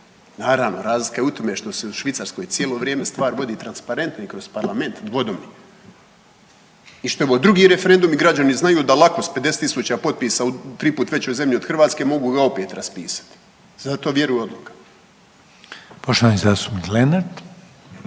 Naravno razlika je u tome što se u Švicarskoj cijelo vrijeme stvar vodi transparentno i kroz parlament, dvodomni i što je ovo drugi referendum i građani znaju da lako s 50.000 u tri put većoj zemlji od Hrvatske mogu ga opet raspisat zato vjeruju odlukama. **Reiner,